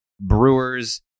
Brewers